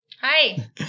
Hi